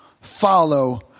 follow